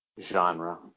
genre